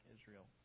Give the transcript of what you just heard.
Israel